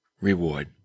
reward